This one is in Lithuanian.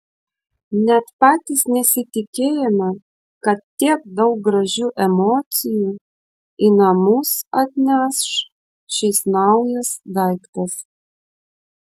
net patys nesitikėjome kad tiek daug gražių emocijų į namus atneš šis naujas daiktas